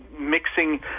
mixing